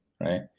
Right